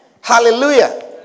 Hallelujah